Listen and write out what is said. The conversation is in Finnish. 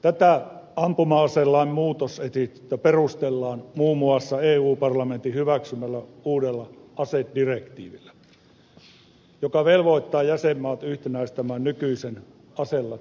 tätä ampuma aselain muutosesitystä perustellaan muun muassa eu parlamentin hyväksymällä uudella asedirektiivillä joka velvoittaa jäsenmaat yhtenäistämään nykyisen aselakikäytäntönsä aselainsäädäntönsä